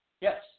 Yes